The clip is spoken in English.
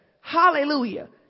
Hallelujah